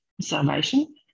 salvation